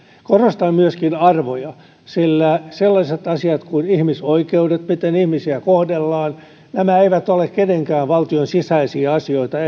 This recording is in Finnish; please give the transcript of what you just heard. korostan myöskin arvoja sillä sellaiset asiat kuin ihmisoikeudet miten ihmisiä kohdellaan eivät ole enää nykymaailmassa minkään valtion sisäisiä asioita